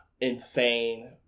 Insane